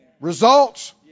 Results